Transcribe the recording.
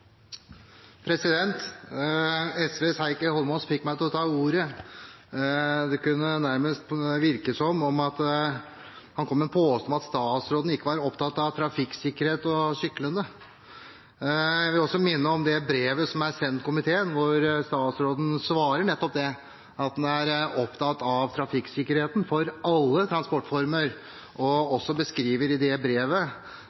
SVs Heikki Eidsvoll Holmås fikk meg til å ta ordet. Det kunne nærmest virke som om han kom med en påstand om at statsråden ikke var opptatt av trafikksikkerhet og syklende. Jeg vil minne om det brevet som er sendt komiteen, hvor statsråden nettopp svarer at han er opptatt av trafikksikkerhet for alle transportformer, og